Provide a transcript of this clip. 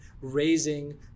raising